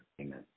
amen